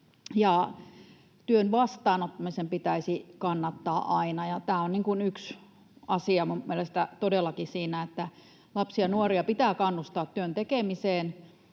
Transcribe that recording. Työn vastaanottamisen pitäisi kannattaa aina, ja tämä on minun mielestäni todellakin yksi asia siinä, että lapsia ja nuoria pitää kannustaa työn tekemiseen,